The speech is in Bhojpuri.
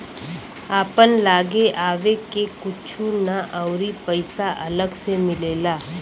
आपन लागे आवे के कुछु ना अउरी पइसा अलग से मिलेला